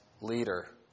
leader